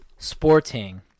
sporting